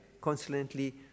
Constantly